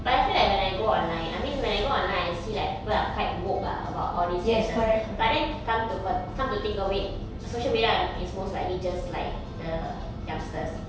but I feel like when I go online I mean when I go online I see like people are quite vogue ah about all these matters but then come to con~ come to think of it social media is most likely just like the youngsters